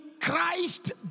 Christ